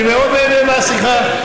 אני מאוד נהנה מהשיחה.